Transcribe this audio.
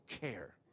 care